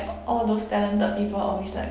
all those talented people always like